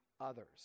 others